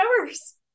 hours